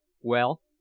Well